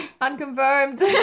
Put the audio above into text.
Unconfirmed